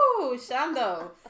Shando